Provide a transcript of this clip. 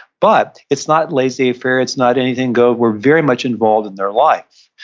but it's not laissez-faire. it's not anything go. we're very much involved in their life,